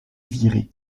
viré